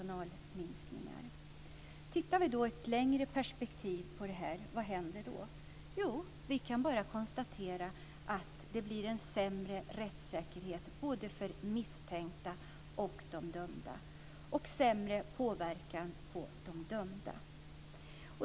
Vi kan titta på det här i ett längre perspektiv. Vad händer då? Jo, vi kan bara konstatera att det blir en sämre rättssäkerhet både för de misstänkta och för de dömda, och det blir en sämre påverkan på de dömda.